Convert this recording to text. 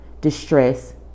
distress